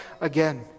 again